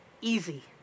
easy